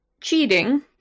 cheating